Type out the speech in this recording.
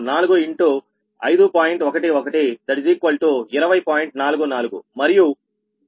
44మరియు dk4×0